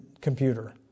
computer